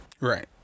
Right